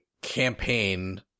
campaign